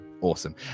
awesome